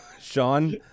Sean